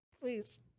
Please